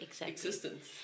existence